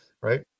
Right